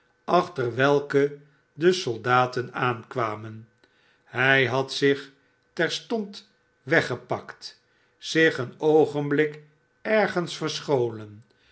achter welke de soldaten aankwamen hij had zich terstond weggepakt zich een oogenblik ergens verscholen